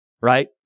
right